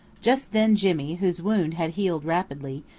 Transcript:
just then jimmy, whose wound had healed rapidly,